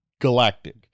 galactic